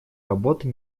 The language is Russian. работы